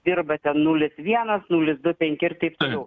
dirba ten nulis vienas nulis du penki ir taip toliau